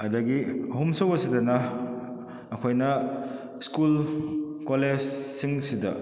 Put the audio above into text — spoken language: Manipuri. ꯑꯗꯒꯤ ꯑꯍꯨꯝꯁꯨꯕ ꯁꯤꯗꯅ ꯑꯩꯈꯣꯏꯅ ꯁ꯭ꯀꯨꯜ ꯀꯣꯂꯦꯖꯁꯤꯡꯁꯤꯗ